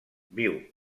viu